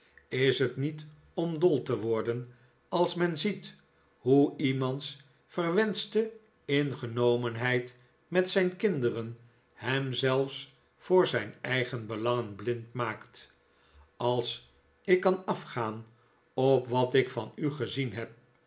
is het niet om dol te worden als men ziet hoe iemands verwenschte ingenomenheid met zijn kinderen hem zelfs voor zijn eigen belangen blind maakt als ik kan afgaan op wat ik van u gezien heb